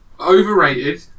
Overrated